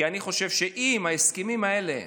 כי אני חושב שאם את ההסכמים האלה,